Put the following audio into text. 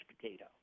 potato